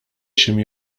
się